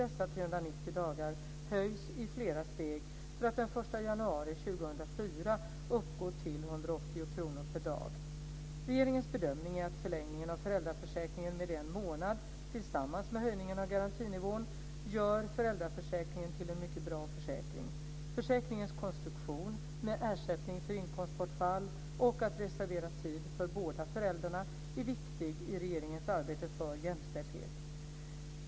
Under Regeringens bedömning är att förlängningen av föräldraförsäkringen med en månad tillsammans med höjningen av garantinivån gör föräldraförsäkringen till en mycket bra försäkring. Försäkringens konstruktion med ersättning för inkomstbortfall och att reservera tid för båda föräldrarna är viktig i regeringens arbete för jämställdhet.